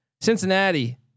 Cincinnati